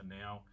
now